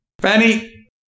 Fanny